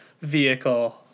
vehicle